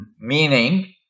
Meaning